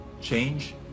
Change